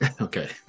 Okay